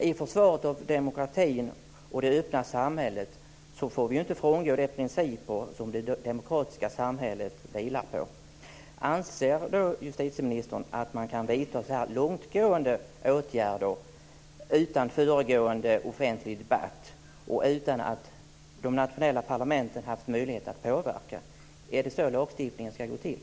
I försvaret av demokratin och det öppna samhället får vi inte frångå de principer som det demokratiska samhället vilar på. Anser justitieministern att man kan vidta så här långtgående åtgärder utan föregående offentlig debatt och utan att de nationella parlamenten haft möjlighet att påverka? Är det så lagstiftningen ska gå till?